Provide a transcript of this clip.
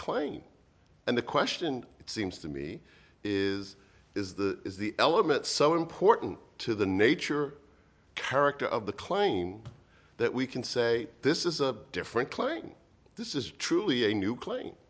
a claim and the question it seems to me is is the is the element so important to the nature character of the claim that we can say this is a different client this is truly a new